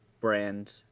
brand